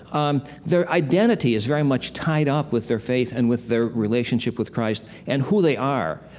um, their identity is very much tied up with their faith and with their relationship with christ, and who they are,